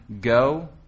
go